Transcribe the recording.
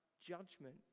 judgment